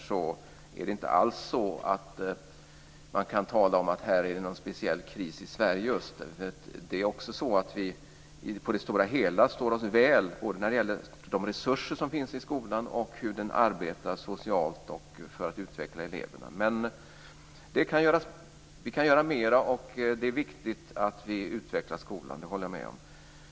Man kan inte alls tala om att det är någon speciell kris just i Sverige. På det stora hela står vi oss väl både när det gäller de resurser som finns i skolan och när det gäller hur skolan arbetar socialt och för att utveckla eleverna. Men vi kan göra mera, och det är viktigt att vi utvecklar skolan; det håller jag med om.